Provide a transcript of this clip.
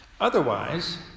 Otherwise